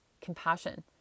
compassion